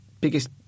biggest